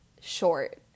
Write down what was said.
short